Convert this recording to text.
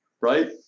right